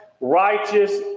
righteous